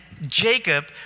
Jacob